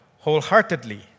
wholeheartedly